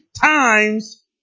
times